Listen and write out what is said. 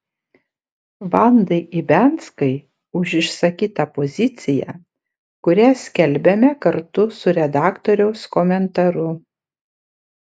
vandai ibianskai už išsakytą poziciją kurią skelbiame kartu su redaktoriaus komentaru